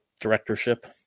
directorship